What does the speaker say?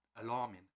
alarming